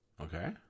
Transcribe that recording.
Okay